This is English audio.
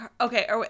Okay